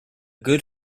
good